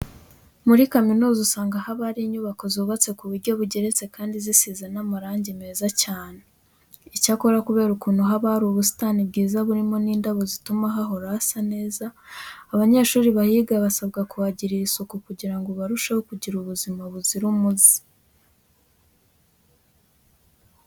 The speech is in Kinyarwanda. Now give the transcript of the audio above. Muri kaminuza usanga haba hari inyubako zubatse ku buryo bugeretse kandi zisize n'amarange meza cyane. Icyakora kubera ukuntu haba hari ubusitani bwiza burimo n'indabo zituma hahora hasa neza, abanyeshuri bahiga basabwa kuhagirira isuku kugira barusheho kugira ubuzima buzira umuze.